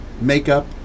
makeup